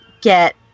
get